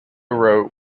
wrote